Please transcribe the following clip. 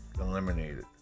eliminated